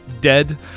dead